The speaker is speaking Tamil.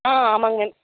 ஆ ஆமாங்க மேம்